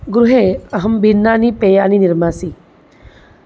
गृहे अहं भिन्नानि पेयानि निर्मासि